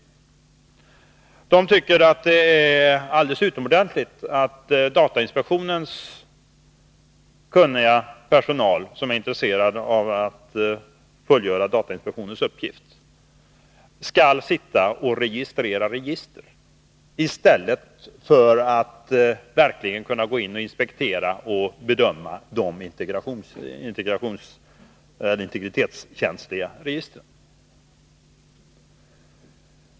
Socialdemokraterna tycker att det är alldeles utomordentligt att datainspektionens kunniga personal, som är intresserad avatt fullgöra datainspektionens uppgifter, skall sitta och registrera register i stället för att verkligen gå in och inspektera och bedöma de integritetskänsliga registren.